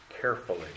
carefully